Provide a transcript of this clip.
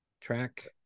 track